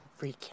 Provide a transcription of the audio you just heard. freaking